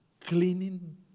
cleaning